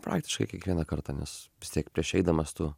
praktiškai kiekvieną kartą nes vis tiek prieš eidamas tu